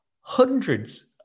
hundreds